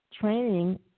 training